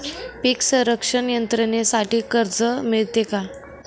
पीक संरक्षण यंत्रणेसाठी कर्ज मिळते का?